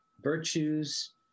virtues